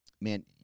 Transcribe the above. Man